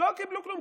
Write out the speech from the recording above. לא קיבלו כלום,